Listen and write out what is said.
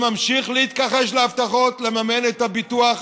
שממשיך להתכחש להבטחות לממן את הביטוח,